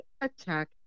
attack